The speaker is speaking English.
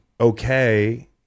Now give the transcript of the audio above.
okay